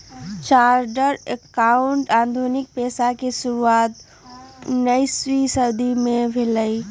chartered accountant के आधुनिक पेशा के शुरुआत उनइ शताब्दी में भेलइ